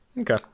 okay